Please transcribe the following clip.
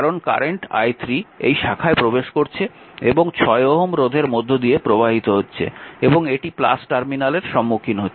কারণ current i3 এই শাখায় প্রবেশ করছে এবং 6 ওহম রোধের মধ্য দিয়ে প্রবাহিত হচ্ছে এবং এটি টার্মিনালের সম্মুখীন হচ্ছে